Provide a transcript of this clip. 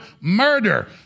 murder